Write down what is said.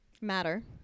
matter